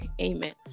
Amen